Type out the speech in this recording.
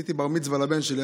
עשיתי בר-מצווה לבן שלי.